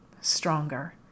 stronger